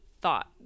thought